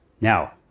Now